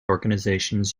organizations